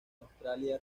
australia